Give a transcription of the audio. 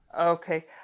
Okay